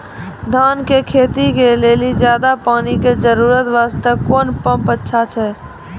धान के खेती के लेली ज्यादा पानी के जरूरत वास्ते कोंन पम्प अच्छा होइते?